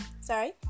Sorry